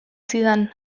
zidan